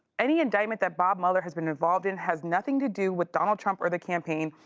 any indictment above mueller has been evolving, has nothing to do with donald trump or the campaign.